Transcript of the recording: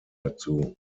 dazu